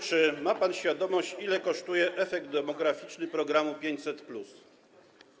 Czy ma pan świadomość, ile kosztuje efekt demograficzny programu 500+?